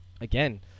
again